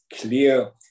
clear